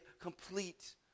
complete